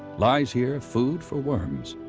lies here food for worms.